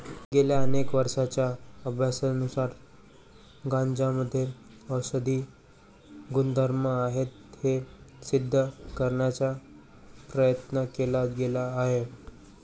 गेल्या अनेक वर्षांच्या अभ्यासानुसार गांजामध्ये औषधी गुणधर्म आहेत हे सिद्ध करण्याचा प्रयत्न केला गेला आहे